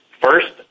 First